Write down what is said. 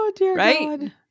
Right